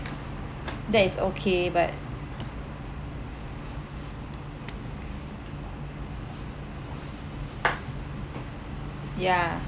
that is okay but ya